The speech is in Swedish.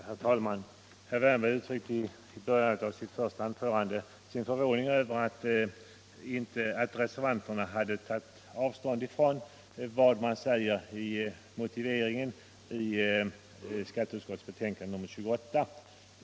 Herr talman! Herr Wärnberg uttryckte i början av sitt första anförande sin förvåning över att reservanterna hade tagit avstånd från vad som sägs i motiveringen i skatteutskottets betänkande nr 28.